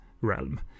realm